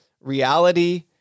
reality